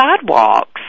sidewalks